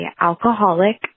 alcoholic